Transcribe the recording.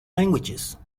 languages